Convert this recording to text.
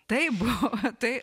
tai buvo tai